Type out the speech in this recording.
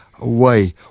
away